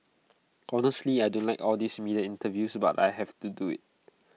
honestly I don't like all these media interviews but I have to do IT